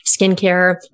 skincare